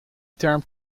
term